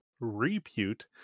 repute